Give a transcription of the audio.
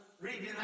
reading